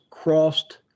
crossed